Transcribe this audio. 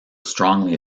strongly